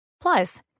Plus